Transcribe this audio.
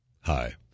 hi